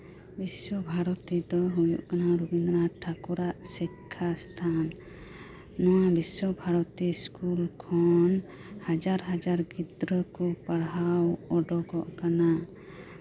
ᱵᱤᱥᱥᱚ ᱵᱷᱟᱨᱚᱛᱤ ᱫᱚ ᱨᱚᱵᱤᱱᱫᱚᱨᱚᱱᱟᱛᱷ ᱴᱷᱟᱹᱠᱩᱨᱟᱜ ᱥᱤᱠᱠᱷᱟ ᱤᱥᱛᱷᱟᱱ ᱱᱚᱣᱟ ᱵᱤᱥᱥᱚ ᱵᱷᱟᱨᱚᱛᱤ ᱤᱥᱠᱩᱞ ᱠᱷᱚᱱ ᱦᱟᱡᱟᱨ ᱦᱟᱡᱟᱨ ᱜᱤᱫᱨᱟᱹ ᱠᱚ ᱯᱟᱲᱦᱟᱣ ᱩᱰᱩᱠᱚᱜ ᱠᱟᱱᱟ